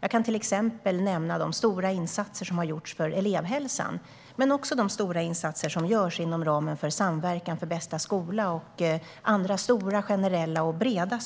Jag kan som exempel nämna de stora insatser som har gjorts för elevhälsan men också de stora insatser som görs inom ramen för Samverkan för bästa skola och andra stora, generella och breda